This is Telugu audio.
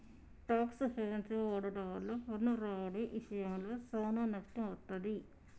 టాక్స్ హెవెన్సి వాడుట వల్ల పన్ను రాబడి ఇశయంలో సానా నష్టం వత్తది